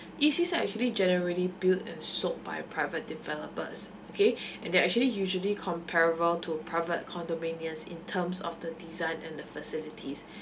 E_C site actually generally build and sold by private developers okay and they actually usually comparable to private condominium in terms of the design and facilities